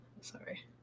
Sorry